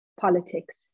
politics